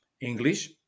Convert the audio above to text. English